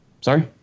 Sorry